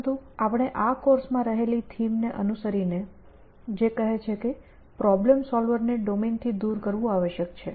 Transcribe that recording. પરંતુ આપણે આ કોર્સમાં રહેલી થીમને અનુસરીને જે કહે છે કે પ્રોબ્લેમ સોલ્વર ને ડોમેનથી દૂર કરવું આવશ્યક છે